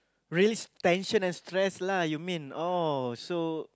raise tension and stress lah you mean oh so